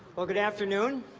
well, good afternoon.